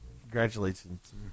Congratulations